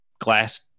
glass